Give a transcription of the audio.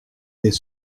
des